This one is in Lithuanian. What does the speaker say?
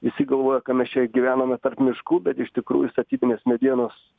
visi galvoja ka mes čia gyvename tarp miškų bet iš tikrųjų statybinės medienos